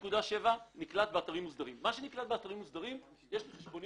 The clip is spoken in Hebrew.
ואני מסתכל על הערכה הגבוהה,